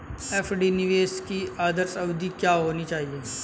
FD निवेश की आदर्श अवधि क्या होनी चाहिए?